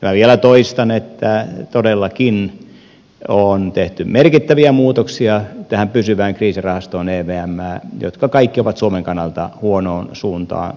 minä vielä toistan että todellakin on tehty merkittäviä muutoksia pysyvään kriisirahastoon evmään ja ne kaikki ovat suomen kannalta huonoon suuntaan vieviä ratkaisuja